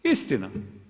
Istina.